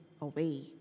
away